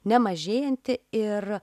nemažėjanti ir